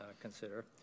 consider